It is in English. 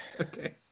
okay